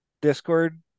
Discord